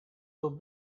will